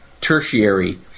tertiary